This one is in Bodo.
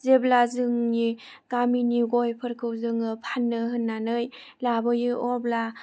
जेब्ला जोंनि गामिनि गयफोरखौ जोङो फाननो होननानै लाबोयो अब्ला